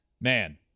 Man